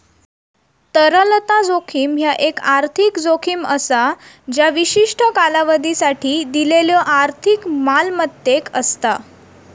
तरलता जोखीम ह्या एक आर्थिक जोखीम असा ज्या विशिष्ट कालावधीसाठी दिलेल्यो आर्थिक मालमत्तेक असता